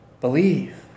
Believe